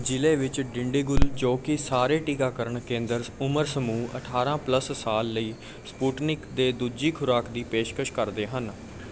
ਜ਼ਿਲ੍ਹੇ ਵਿੱਚ ਡਿੰਡੀਗੁਲ ਜੋ ਕਿ ਸਾਰੇ ਟੀਕਾਕਰਨ ਕੇਂਦਰ ਉਮਰ ਸਮੂਹ ਅਠਾਰਾਂ ਸਾਲ ਲਈ ਸਪੁਟਨਿਕ ਦੇ ਦੂਜੀ ਖੁਰਾਕ ਦੀ ਪੇਸ਼ਕਸ਼ ਕਰਦੇ ਹਨ